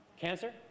cancer